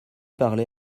parler